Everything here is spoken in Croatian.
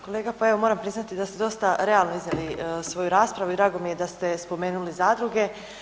Kolega, pa evo moram priznati da ste dosta realno iznijeli svoju raspravu i drago mi je da ste spomenuli zadruge.